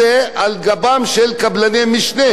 וקבלן משנה נותן לקבלני משנה,